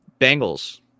Bengals